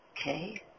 okay